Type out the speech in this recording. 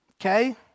Okay